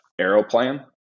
Aeroplan